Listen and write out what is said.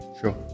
sure